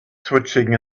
switching